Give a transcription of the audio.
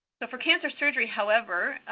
so, for cancer surgery, however,